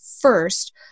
first